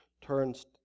turns